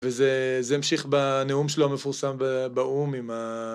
וזה, זה המשיך בנאום שלו המפורסם באו"ם עם ה...